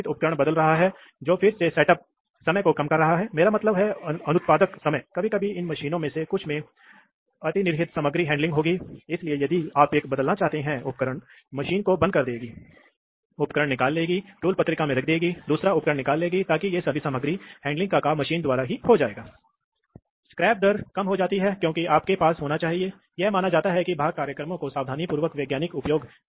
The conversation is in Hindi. तो आप देखते हैं कि आप एक निश्चित समय पर शुरू कर सकते हैं देख सकते हैं एक निश्चित बिंदु पर आप इसे स्थानांतरित करना शुरू कर सकते हैं और फिर जैसे ही यह एक टर्मिनल पर दबाव गिर जाएगा और दूसरे टर्मिनल पर दबाव समाप्त हो जाएगा उठ जाएगा और फिर जब यह एक निश्चित स्तर तक बढ़ जाता है तब फिर शिफ्टिंग को रोकना पड़ता है ताकि सिलेंडर पर दबाव की एक निश्चित मात्रा पहुंच जाए